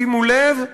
שימו לב,